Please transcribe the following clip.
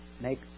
Make